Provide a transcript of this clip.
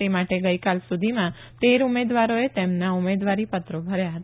તે માટે ગઈકાલ સુધીમાં તેર ઉમેદવારોએ તેમના ઉમેદવારી પત્રો ભર્યા હતા